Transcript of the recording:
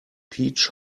peach